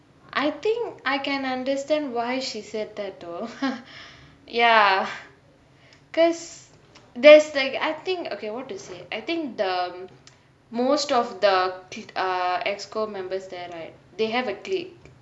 I think I can understand why she said that though ya because there's like I think okay what to say I think the most of the err executive committee members there like they have a clique